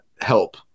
help